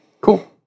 Cool